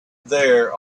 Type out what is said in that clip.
there